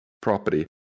property